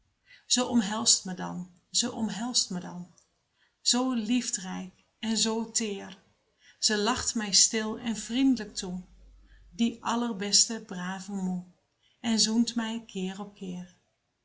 omhelst me dan ze omhelst me dan zoo liefdrijk en zoo teer ze lacht mij stil en vriend'lijk toe die allerbeste brave moe en zoent mij keer op keer